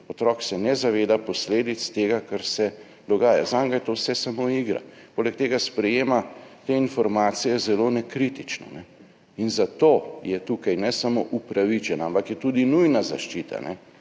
Otrok se ne zaveda posledic tega, kar se dogaja, zanj je to vse samo igra. Poleg tega sprejema te informacije zelo nekritično. Zato je tukaj ne samo upravičena, ampak je tudi nujna zaščita.